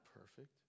perfect